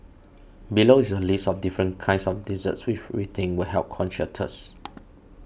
below is a list of different kinds of desserts with we think will help quench your thirst